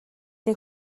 нэг